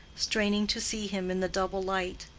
straining to see him in the double light.